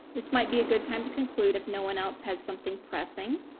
this might be a good time to conclude. if no one else has something pressing.